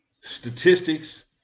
statistics